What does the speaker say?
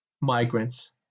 migrants